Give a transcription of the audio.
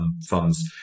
funds